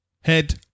Head